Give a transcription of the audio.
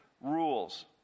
rules